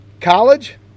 College